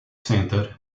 center